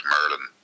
Merlin